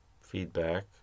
feedback